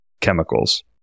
chemicals